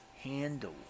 handle